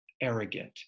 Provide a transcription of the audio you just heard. arrogant